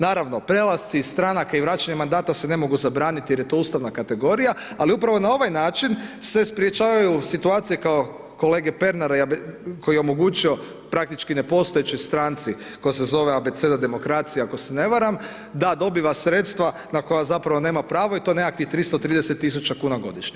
Naravno, prelasci iz stranaka i vraćanje mandata se ne mogu zabraniti jer je to ustavna kategorija, ali upravo na ovaj način se sprječavaju situacije kao kolege Pernara, koji je omogućio praktički nepostojećoj stranci koja se zove Abeceda demokracije, ako se ne varam, da dobiva sredstva na koja zapravo nema pravo, i to nekih 330.000,00 kuna godišnje.